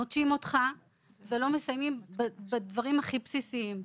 נוטשים אותך ולא מסייעים בדברים הכי בסיסיים.